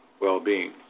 well-being